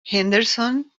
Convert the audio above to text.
henderson